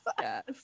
yes